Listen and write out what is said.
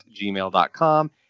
gmail.com